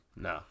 No